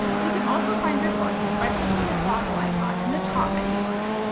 you can also find your courses by clicking this waffle icon in the top menu bar.